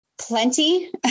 plenty